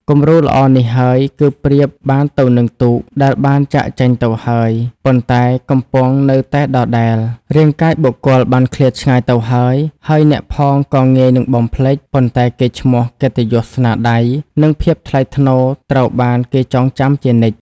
គំរូល្អនេះហើយ គឺប្រៀបបានទៅនឹងទូក ដែលបានចាកចេញទៅហើយ ប៉ុន្តែកំពង់នៅតែដដែល។ រាងកាយបុគ្គលបានឃ្លាតឆ្ងាយទៅហើយ ហើយអ្នកផងក៏ងាយនិងបំភ្លេច ប៉ុន្តែកេរ្តិ៍ឈ្មោះ កិត្តិយស ស្នាដៃ និងភាពថ្លៃថ្នូរត្រូវបានគេចងចាំជានិច្ច។